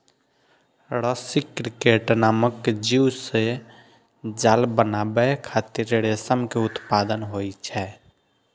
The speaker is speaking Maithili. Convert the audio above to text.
रसी क्रिकेट नामक जीव सं जाल बनाबै खातिर रेशम के उत्पादन होइ छै